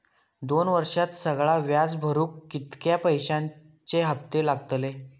दोन वर्षात सगळा व्याज भरुक कितक्या पैश्यांचे हप्ते लागतले?